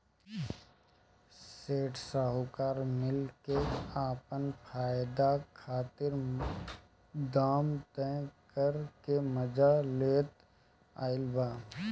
सेठ साहूकार मिल के आपन फायदा खातिर दाम तय क के मजा लेत आइल बा